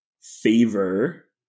favor